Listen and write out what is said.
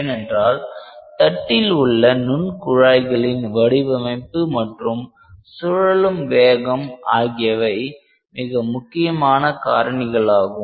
ஏனென்றால் தட்டில் உள்ள நுண் குழாய்களின் வடிவமைப்பு மற்றும் சுழலும் வேகம் ஆகியவை மிக முக்கியமான காரணிகளாகும்